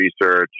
research